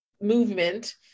movement